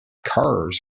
cars